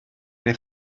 neu